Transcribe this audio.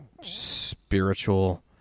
spiritual